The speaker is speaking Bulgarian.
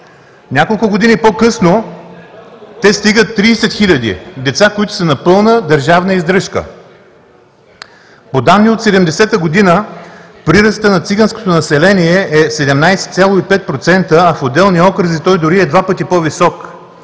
Няколко години по-късно те стигат 30 000 деца, които са на пълна държавна издръжка. По данни от 1970 г. прирастът на циганското население е 17,5%, а в отделни окръзи той дори е два пъти по-висок